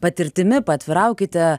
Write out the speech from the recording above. patirtimi paatviraukite